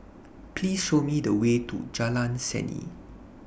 Please Show Me The Way to Jalan Seni